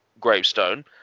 gravestone